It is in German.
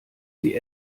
sie